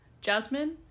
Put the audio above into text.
Jasmine